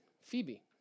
Phoebe